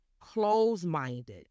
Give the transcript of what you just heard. close-minded